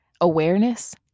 awareness